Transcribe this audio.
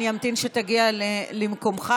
אני אמתין שתגיע למקומך.